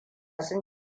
sun